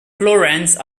florence